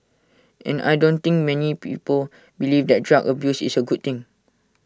and I don't think many people believe that drug abuse is A good thing